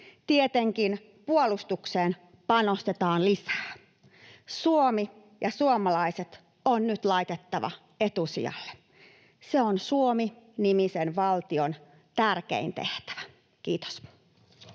Tietenkin puolustukseen panostetaan lisää. Suomi ja suomalaiset on nyt laitettava etusijalle. Se on Suomi-nimisen valtion tärkein tehtävä. — Kiitos.